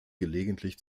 gelegentlich